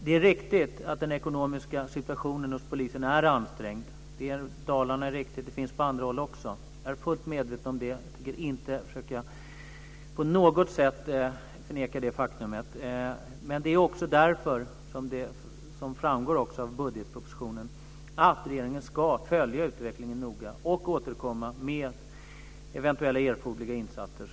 Det är riktigt att den ekonomiska situationen hos polisen är ansträngd. Det gäller Dalarna, och så är det på andra håll också. Jag är fullt medveten om det, och jag tänker inte på något sätt försöka förneka det faktumet. Men som framgår av budgetpropositionen är det också därför som regeringen ska följa utvecklingen noga och återkomma med eventuella erforderliga insatser.